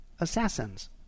Assassins